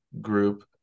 group